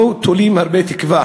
לא תולים הרבה תקווה